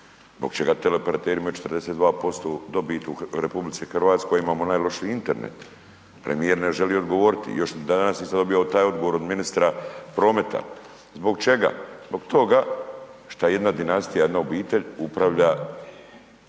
zbog čega teleoperateri imaju 42% dobit u RH a imamo najlošiji Internet, premijer na želi odgovoriti, još dan danas nisam dobio taj odgovor od ministra prometa. Zbog čega? Zbog toga šta jedna dinastija, jedna obitelj uprava